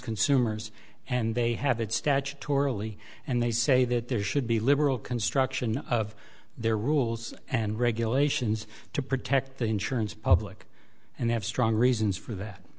consumers and they have it statutorily and they say that there should be liberal construction of their rules and regulations to protect the insurance public and they have strong reasons for that